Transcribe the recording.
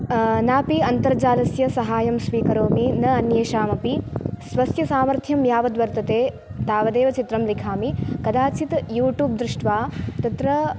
न अपि अन्तर्जालस्य सहायं स्वीकरोमि न अन्येषामपि स्वस्य सामर्थ्यं यावद्वर्तते तावदेव चित्रं लिखामि कदाचित् यूटूब् दृष्ट्वा तत्र